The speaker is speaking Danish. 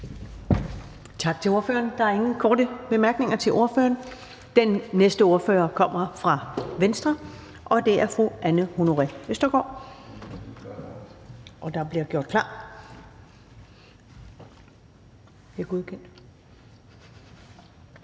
Tak. Der er ingen korte bemærkninger til ordføreren. Den næste ordfører kommer fra Venstre, og det er fru Anne Honoré Østergaard. Kl. 14:44 (Ordfører)